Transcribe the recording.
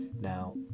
Now